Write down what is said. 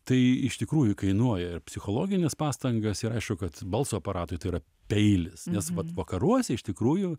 tai iš tikrųjų kainuoja ir psichologines pastangas ir aišku kad balso aparatui tai yra peilis nes vat vakaruose iš tikrųjų